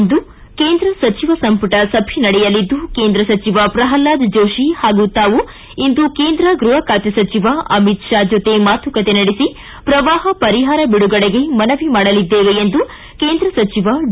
ಇಂದು ಕೇಂದ್ರ ಸಚಿವ ಸಂಪುಟ ಸಭೆ ನಡೆಯಲಿದ್ದು ಕೇಂದ್ರ ಸಚಿವ ಪ್ರಹ್ನಾದ್ ಜೋಶಿ ಹಾಗೂ ತಾವು ಇಂದು ಕೇಂದ್ರ ಗೃಪ ಖಾತೆ ಸಚಿವ ಅಮಿತ್ ಷಾ ಜತೆ ಮಾತುಕತೆ ನಡೆಸಿ ಪ್ರವಾಪ ಪರಿಪಾರ ಬಿಡುಗಡೆಗೆ ಮನವಿ ಮಾಡಲಿದ್ದೇವೆ ಎಂದು ಕೇಂದ್ರ ಸಚಿವ ಡಿ